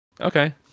Okay